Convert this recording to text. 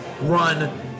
run